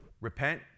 Repent